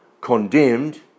condemned